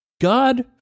God